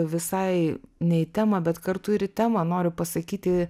visai ne į temą bet kartu ir į temą noriu pasakyti